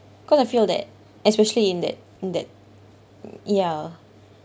cause I feel that especially in that in that ya